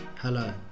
Hello